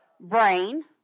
Brain